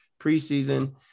preseason